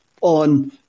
on